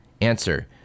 Answer